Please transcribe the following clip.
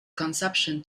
conception